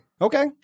Okay